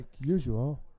usual